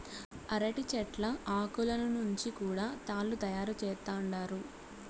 అరటి చెట్ల ఆకులను నుంచి కూడా తాళ్ళు తయారు చేత్తండారు